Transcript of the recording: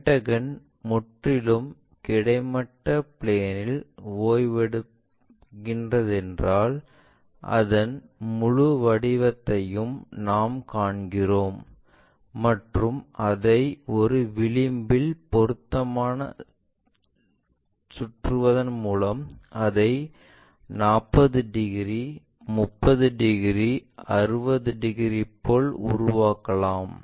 Pentagon முற்றிலும் கிடைமட்ட plane இல் ஓய்வெடுக்கிறதென்றால் அந்த முழு வடிவத்தையும் நாம் காண்கிறோம் மற்றும் அதை ஒரு விளிம்பில் பொருத்தமாக சுழற்றுவதன் மூலம் அதை 45 டிகிரி 30 டிகிரி 60 டிகிரி போல உருவாக்கலாம்